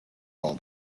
all